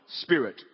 spirit